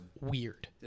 weird